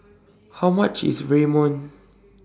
How much IS Ramyeon